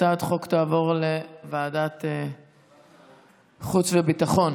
הצעת החוק תעבור לוועדת החוץ והביטחון.